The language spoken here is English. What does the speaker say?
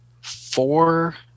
four